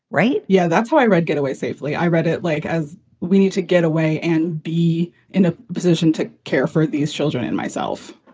right. yeah. that's what i read. get away safely. i read it like as we need to get away and be in a position to care for these children and myself.